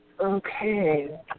Okay